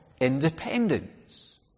independence